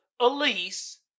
Elise